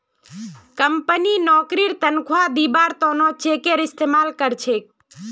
company नौकरीर तन्ख्वाह दिबार त न चेकेर इस्तमाल कर छेक